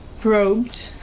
probed